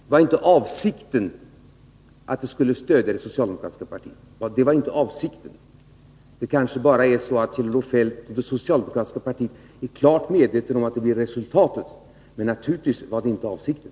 Herr talman! Om jag hörde rätt var inte avsikten att detta skulle stödja det socialdemokratiska partiet. Det kanske bara är så, att Kjell-Olof Feldt och det socialdemokratiska partiet är klart medvetna om att det blir resultatet — men naturligtvis var det inte avsikten.